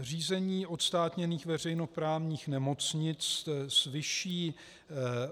Řízení odstátněných veřejnoprávních nemocnic s vyšší